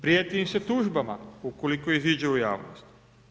Prijeti im se tužbama ukoliko iziđu u javnost.